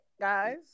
guys